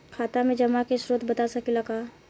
खाता में जमा के स्रोत बता सकी ला का?